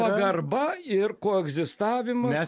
pagarba ir koegzistavimas